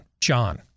John